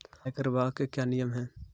आयकर विभाग के क्या नियम हैं?